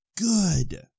good